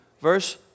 Verse